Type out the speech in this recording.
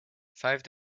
five